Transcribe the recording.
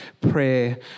prayer